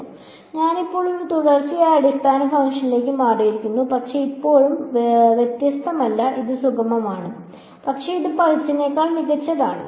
അതിനാൽ ഞാൻ ഇപ്പോൾ ഒരു തുടർച്ചയായ അടിസ്ഥാന ഫംഗ്ഷനിലേക്ക് മാറിയിരിക്കുന്നു പക്ഷേ ഇപ്പോഴും വ്യത്യസ്തമല്ല അത് സുഗമമല്ല പക്ഷേ ഇത് പൾസിനേക്കാൾ മികച്ചതാണ്